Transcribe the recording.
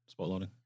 spotlighting